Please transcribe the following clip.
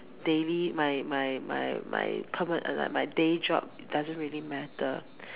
daily my my my my perma~ day job doesn't really matter